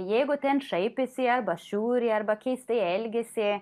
jeigu ten šaipėsi arba žiūri arba keistai elgiasi